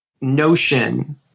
notion